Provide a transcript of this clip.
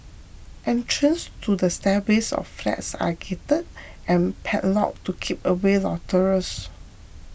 entrances to the stairways of flats are gated and padlocked to keep away loiterers